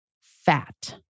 fat